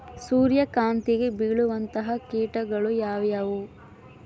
ಸೂರ್ಯಕಾಂತಿಗೆ ಬೇಳುವಂತಹ ಕೇಟಗಳು ಯಾವ್ಯಾವು?